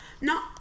No